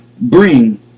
bring